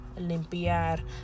limpiar